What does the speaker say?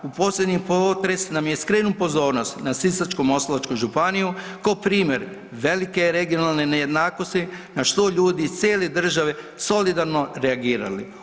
Posljednji potres nam je skrenuo pozornost na Sisačko-moslavačku županiju kao primjer velike regionalne nejednakosti na što su ljudi iz cijele države solidarno reagirali.